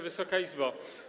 Wysoka Izbo!